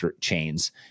chains